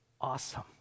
awesome